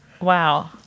Wow